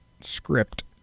script